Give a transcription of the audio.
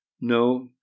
No